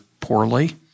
poorly